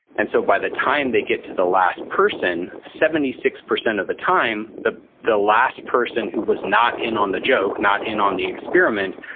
and so by the time they get to the last person, seventy six percent of the time, the the last person who was not in on the joke, not in on the experiment,